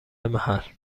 محل